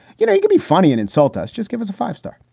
you know, you can be funny and insult us. just give us a five star.